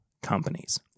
companies